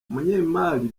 umunyemari